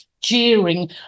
jeering